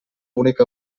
única